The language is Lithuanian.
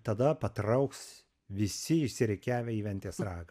tada patrauks visi išsirikiavę į ventės ragą